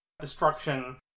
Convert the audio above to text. Destruction